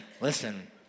listen